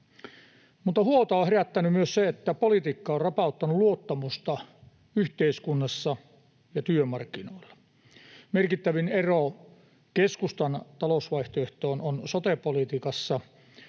Mutta huolta on herättänyt myös se, että politiikka on rapauttanut luottamusta yhteiskunnassa ja työmarkkinoilla. Merkittävin ero keskustan talousvaihtoehtoon on sote-politiikassa: